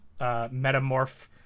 metamorph